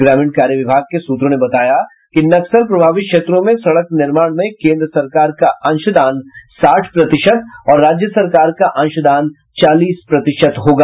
ग्रामीण कार्य विभाग के सूत्रों ने बताया कि नक्सल प्रभावित क्षेत्रों में सड़क निर्माण में केंद्र सरकार का अंशदान साठ प्रतिशत और राज्य सरकार का अंशदान चालीस प्रतिशत होगा